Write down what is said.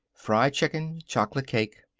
fried chicken, chocolate cake.